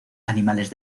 animales